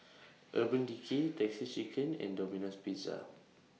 Urban Decay Texas Chicken and Domino's Pizza